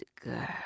girl